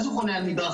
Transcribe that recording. אז הוא חונה על מדרכה,